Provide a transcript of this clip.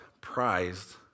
prized